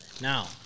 Now